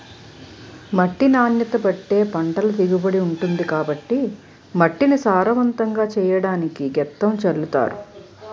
మట్టి నాణ్యతను బట్టే పంటల దిగుబడి ఉంటుంది కాబట్టి మట్టిని సారవంతంగా చెయ్యడానికి గెత్తం జల్లుతారు